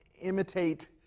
imitate